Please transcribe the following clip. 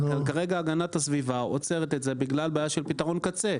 וכרגע הגנת הסביבה עוצרת את זה בגלל בעיה של פתרון קצה.